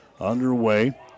underway